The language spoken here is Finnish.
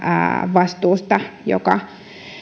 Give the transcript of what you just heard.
vastuusta joka